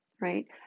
right